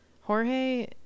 Jorge